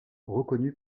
reconnus